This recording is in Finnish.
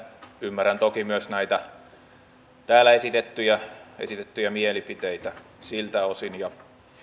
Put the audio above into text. ymmärrän toki myös näitä täällä esitettyjä mielipiteitä siltä osin